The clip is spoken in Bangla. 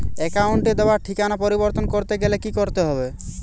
অ্যাকাউন্টে দেওয়া ঠিকানা পরিবর্তন করতে গেলে কি করতে হবে?